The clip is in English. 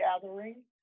gathering